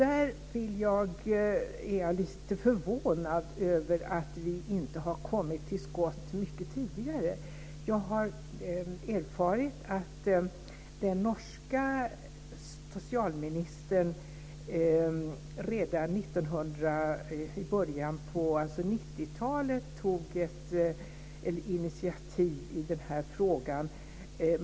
Jag är lite förvånad över att vi inte har kommit till skott mycket tidigare. Jag har erfarit att den norska socialministern redan i början av 90-talet tog ett initiativ i den här frågan.